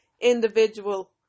individual